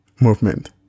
movement